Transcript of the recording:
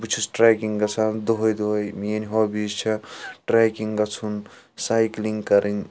بہٕ چھُس ٹریکِنٛگ گَژھان دۄہَے دۄہَے مِیٛٲنۍ ہابِیٖز چھےٚ ٹریکِنٛگ گَژھُن سایِکٕلِنٛگ کَرٕنۍ